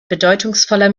bedeutungsvoller